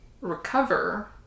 recover